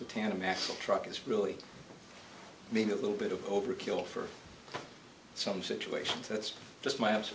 the tandem axle truck is really being a little bit of overkill for some situations that's just my